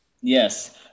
Yes